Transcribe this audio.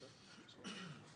תחליט,